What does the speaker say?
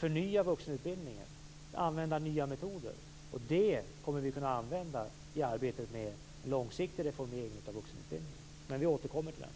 Det har handlat om att förnya vuxenutbildningen och använda nya metoder. Det kommer vi att kunna använda oss av i arbetet med en långsiktig reformering av vuxenutbildningen. Vi återkommer till det.